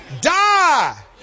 Die